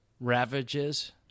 Ravages